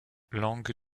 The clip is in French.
langue